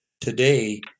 today